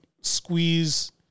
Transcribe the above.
squeeze